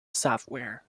software